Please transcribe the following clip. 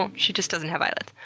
um she just doesn't have eyelids.